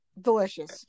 delicious